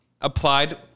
Applied